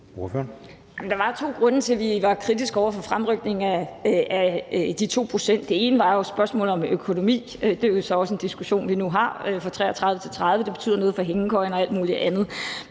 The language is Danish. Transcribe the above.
Der var to grunde til, at vi var kritiske over for fremrykningen af de 2 pct. fra 2033 til 2030. Den ene var jo spørgsmålet om økonomi, og det er jo så også en diskussion, vi har nu; det betyder noget for hængekøjen og alt muligt andet.